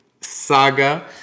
saga